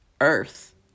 earth